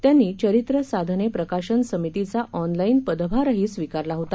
त्यांनी चरित्र साधने प्रकाशन समितीचा ऑनलाईन पदभारही स्वीकारला होता